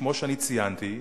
כמו שציינתי,